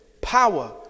power